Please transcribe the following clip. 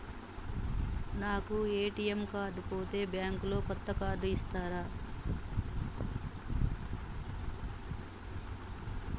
నా ATM card పోతే bank లో కొత్త కార్డు ఇస్తరా?